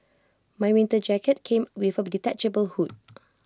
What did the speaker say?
my winter jacket came with A detachable hood